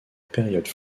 période